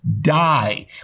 die